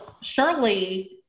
Shirley